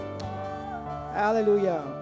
Hallelujah